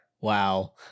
wow